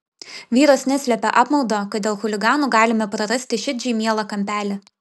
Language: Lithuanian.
vyras neslėpė apmaudo kad dėl chuliganų galime prarasti širdžiai mielą kampelį